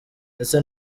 ndetse